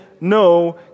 no